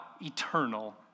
eternal